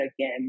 again